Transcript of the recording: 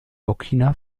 burkina